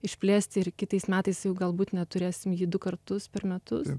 išplėsti ir kitais metais jau galbūt net turėsim jį du kartus per metus